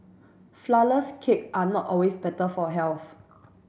flourless cake are not always better for health